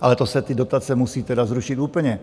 Ale to se ty dotace musí tedy zrušit úplně,